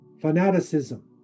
fanaticism